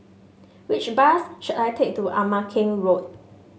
which bus should I take to Ama Keng Road